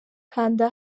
kanda